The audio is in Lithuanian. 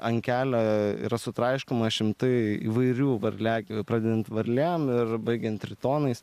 ant kelio yra sutraiškoma šimtai įvairių varliagyvių pradedant varlėm ir baigiant tritonais